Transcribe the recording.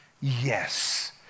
Yes